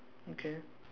okay